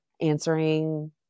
answering